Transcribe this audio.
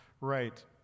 right